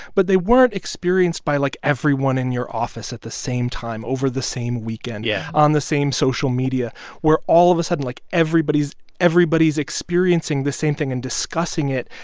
but they weren't experienced by, like, everyone in your office at the same time over the same weekend. yeah. on the same social media where all of a sudden, like, everybody's everybody's experiencing the same thing and discussing it.